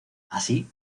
así